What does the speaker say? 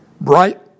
bright